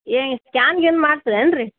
ಏನು ಸ್ಕ್ಯಾನ್ ಗೀನ್ ಮಾಡ್ತೀರೇನು ರೀ